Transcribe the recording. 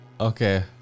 Okay